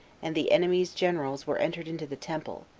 and the enemy's generals were entered into the temple,